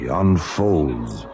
unfolds